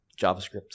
JavaScript